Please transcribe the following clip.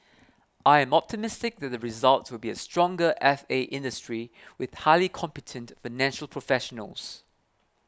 I am optimistic that the results will be a stronger F A industry with highly competent financial professionals